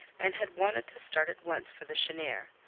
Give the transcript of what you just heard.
and had wanted to start at once for the cheniere.